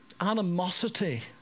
animosity